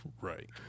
Right